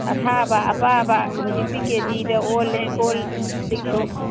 ꯑꯊꯥꯕ ꯑꯄꯥꯕ ꯍꯧꯖꯤꯛꯇꯤ ꯀꯦ ꯖꯤꯗ ꯑꯣꯜꯂꯦ ꯀꯣꯜꯂꯤꯛꯁꯨ